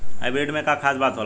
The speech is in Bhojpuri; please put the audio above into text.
हाइब्रिड में का खास बात होला?